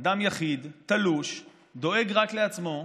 אדם יחיד, תלוש, דואג רק לעצמו.